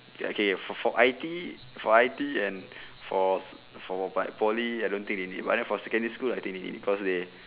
ya okay for for I_T_E for I_T_E and for for but poly I don't think they need but then for secondary school I think they need cause they